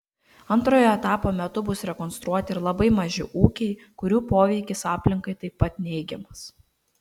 antrojo etapo metu bus rekonstruoti ir labai maži ūkiai kurių poveikis aplinkai taip pat neigiamas